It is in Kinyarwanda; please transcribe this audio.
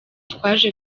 twaje